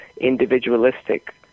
individualistic